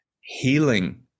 healing